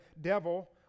devil